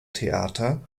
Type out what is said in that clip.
theater